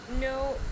No